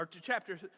chapter